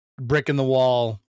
brick-in-the-wall